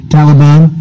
Taliban